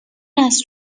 است